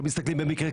כשמסתכלים במקרה,